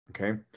Okay